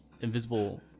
invisible